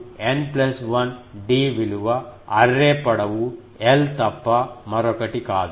ఇప్పుడు N 1 d విలువ array పొడవు L తప్ప మరొకటి కాదు